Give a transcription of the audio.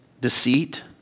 deceit